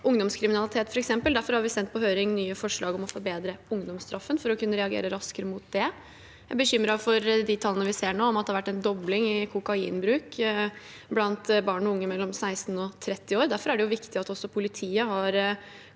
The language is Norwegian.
ungdomskriminalitet. Derfor har vi sendt nye forslag om å forbedre ungdomsstraffen på høring, for å kunne reagere raskere på det. Jeg er bekymret for de tallene vi ser nå, som viser at det har vært en dobling i kokainbruken blant barn og unge mellom 16 og 30 år. Derfor er det viktig at politiet